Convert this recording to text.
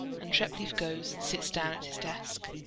and treplieff goes and sits down at his desk.